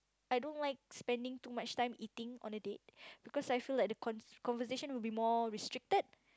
I don't like spending too much time eating on a date because I feel like the con~ conversation will be more restricted